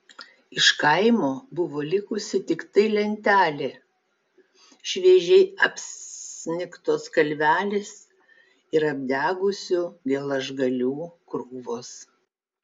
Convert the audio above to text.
iš kaimo buvo likusi tiktai lentelė šviežiai apsnigtos kalvelės ir apdegusių geležgalių krūvos